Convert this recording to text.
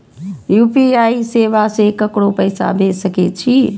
UPI सेवा से ककरो पैसा भेज सके छी?